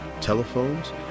telephones